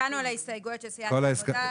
הם מבקשים שזה יחול גם על כלל נכי צה"ל.